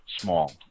small